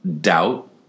doubt